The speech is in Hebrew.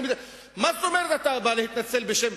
מה זאת אומרת אתה בא להתנצל בשם